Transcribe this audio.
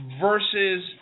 versus